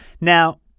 Now